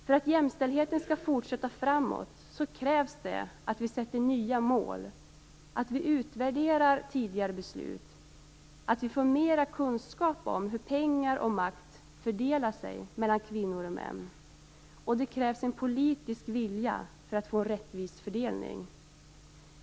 För att jämställdheten skall fortsätta framåt krävs att vi sätter upp nya mål, att vi utvärderar tidigare beslut, att vi får mer kunskap om hur pengar och makt fördelar sig mellan kvinnor och män, och det krävs en politisk vilja för att få en rättvis fördelning.